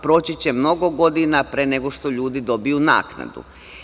Proći će mnogo godina pre nego što ljudi dobiju naknadu.